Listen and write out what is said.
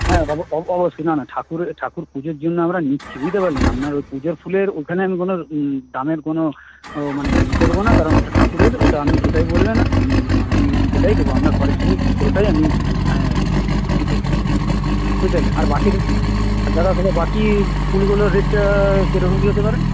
হ্যাঁ অবশ্যই না না ঠাকুরের ঠাকুর পুজোর জন্য আমরা নিচ্ছি বুঝতে পারলেন আপনার ঐ পুজোর ফুলের ওখানে আমি কোনো দামের কোনো মানে ই করব না কারণ ওটা ঠাকুরের ওটা আপনি যেটাই বলবেন আমি আমি সেটাই দেব আপনার পারিশ্রমিক পুরোটাই আমি মানে তো আর বাকি আর দাদা তালে বাকি ফুলগুলোর রেটটা কিরকম কি হতে পারে